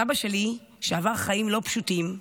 סבא שלי, שעבר חיים לא פשוטים,